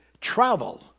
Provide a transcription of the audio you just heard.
travel